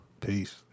Peace